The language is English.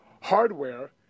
Hardware